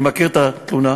אני מכיר את התלונה.